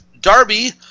Darby